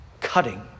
cutting